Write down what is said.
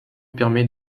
permet